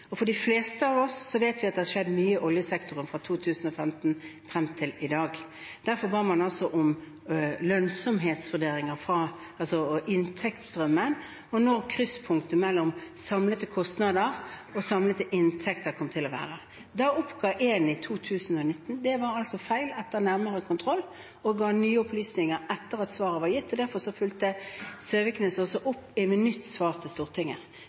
De fleste av oss vet at det har skjedd mye i oljesektoren fra 2015 frem til i dag. Derfor ba man altså om lønnsomhetsvurderinger for inntektsstrømmen, og hvor krysspunktet mellom samlede kostnader og samlede inntekter kom til å være. Da oppga Eni 2019. Det var altså feil etter nærmere kontroll, og de ga nye opplysninger etter at svaret var gitt. Derfor fulgte Søviknes også opp med nytt svar til Stortinget.